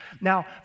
Now